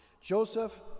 Joseph